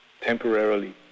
temporarily